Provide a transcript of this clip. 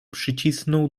przycisnął